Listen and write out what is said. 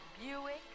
Buick